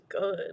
good